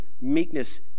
meekness